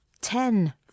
ten